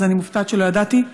אז אני מופתעת שלא ידעתי.